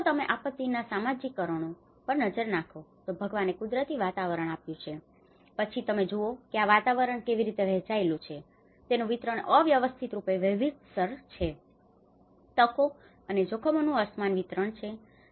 જો તમે આપત્તિઓના સામાજિક કારણો પર નજર નાખો તો ભગવાને કુદરતી વાતાવરણ આપ્યું છે અને પછી તમે જુઓ કે આ વાતાવરણ કેવી રીતે વહેંચાયેલું છે તેનું વિતરણ અવ્યવસ્થિતરૂપે વૈવિધ્યસભર છે તે તકો અને જોખમોનું અસમાન વિતરણછે